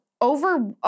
over